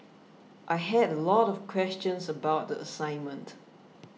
I had a lot of questions about the assignment